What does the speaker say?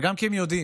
וגם כי הם יודעים,